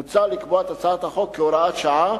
מוצע לקבוע את הצעת החוק כהוראת שעה